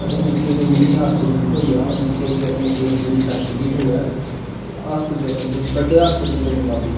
कदे निक्के कोई मीनी हास्पिटल थ्होई आन जित्थें की असें पूरी पूरी फैसिलिटी थ्होऐ हास्पिटल मतलब बड्डे हास्पिटल दे मताबिक